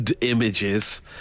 images